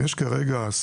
כלומר אם יש כרגע יותר